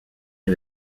est